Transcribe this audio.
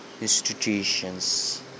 institutions